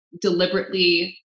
deliberately